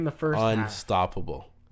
unstoppable